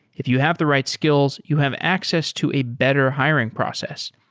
if you have the right skills, you have access to a better hiring process.